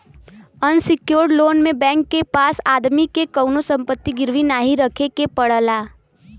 unsecured loan में bank के पास आदमी के कउनो संपत्ति गिरवी नाहीं रखे के पड़ला